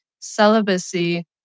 celibacy